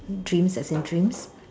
dreams as in dreams